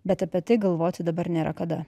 bet apie tai galvoti dabar nėra kada